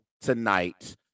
tonight